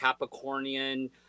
Capricornian